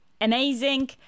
amazing